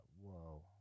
whoa